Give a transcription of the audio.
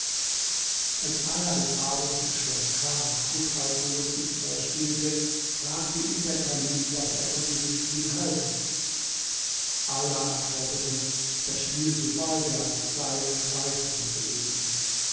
als ala des abends ins schloß kam und kut alkulub ihm vorspielte fragte ihn der kalif was er von diesem spiel halte ala antwortete das spiel subeidas sei ergreifender gewesen